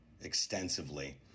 extensively